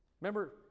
Remember